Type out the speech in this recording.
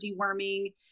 deworming